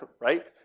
right